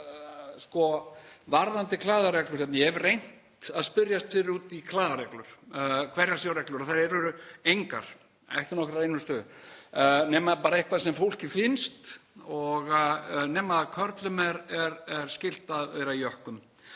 — varðandi klæðareglur. Ég hef reynt að spyrjast fyrir út í klæðareglur, hverjar séu reglurnar, og þær eru engar, ekki nokkrar einustu nema bara eitthvað sem fólki finnst, nema það að körlum er skylt að vera í jökkum.